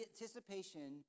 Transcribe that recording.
anticipation